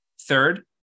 Third